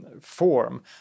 form